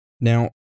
Now